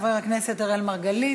חבר הכנסת אראל מרגלית,